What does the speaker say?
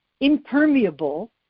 impermeable